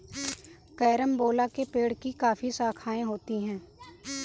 carambola के पेड़ की काफी शाखाएं होती है